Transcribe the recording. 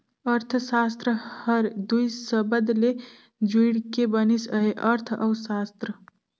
अर्थसास्त्र हर दुई सबद ले जुइड़ के बनिस अहे अर्थ अउ सास्त्र